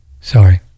Sorry